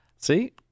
See